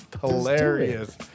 Hilarious